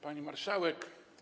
Pani Marszałek!